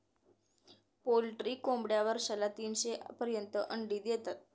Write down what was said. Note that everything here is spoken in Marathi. पोल्ट्री कोंबड्या वर्षाला तीनशे पर्यंत अंडी देतात